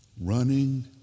running